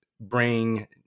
bring